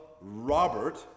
Robert